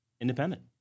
independent